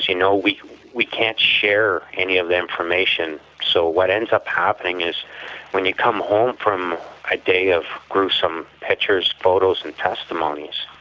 you know, we we can't share any of the information, so what ends up happening is when you come home from a day of gruesome pictures, photos and testimonies,